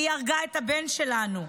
והן הרגו את הבן שלנו.